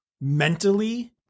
mentally